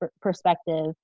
perspective